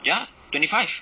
twenty five